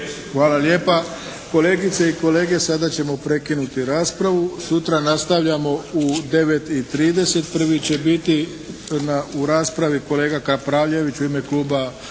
Hvala lijepa. Kolegice i kolege sada ćemo prekinuti raspravu. Sutra nastavljamo u 9 i 30. Prvi će biti u raspravi kolega Kapraljević u ime kluba